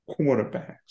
quarterbacks